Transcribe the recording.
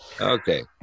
Okay